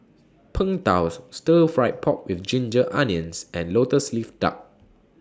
Png Tao Stir Fry Pork with Ginger Onions and Lotus Leaf Duck